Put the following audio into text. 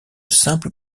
simples